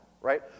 right